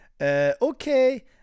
Okay